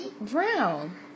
Brown